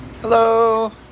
Hello